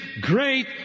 great